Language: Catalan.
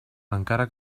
encara